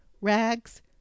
rags